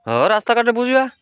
ହଁ ରାସ୍ତା କାଟେ ବୁଝିବା